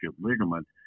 ligament